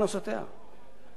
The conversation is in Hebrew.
הנחות מס לעשירים.